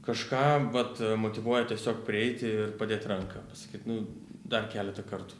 kažką vat motyvuoja tiesiog prieiti ir padėti ranką pasakyt nu dar keletą kartų